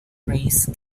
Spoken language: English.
phrase